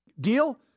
Deal